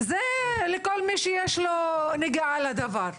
זה לכל מי שיש לו נגיעה לדבר.